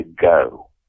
go